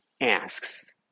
asks